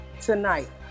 Tonight